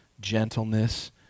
gentleness